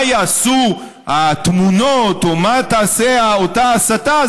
יעשו התמונות או מה תעשה אותה הסתה,